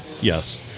Yes